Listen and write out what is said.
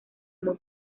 muy